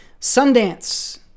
Sundance